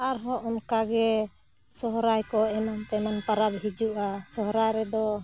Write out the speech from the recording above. ᱟᱨᱦᱚᱸ ᱚᱱᱠᱟᱜᱮ ᱥᱚᱦᱚᱨᱟᱭ ᱠᱚ ᱮᱢᱟᱱ ᱛᱮᱢᱟᱱ ᱯᱟᱨᱟᱵᱽ ᱦᱤᱡᱩᱜᱼᱟ ᱥᱚᱦᱚᱨᱟᱭ ᱨᱮᱫᱚ